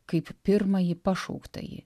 kaip pirmąjį pašauktąjį